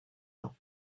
ans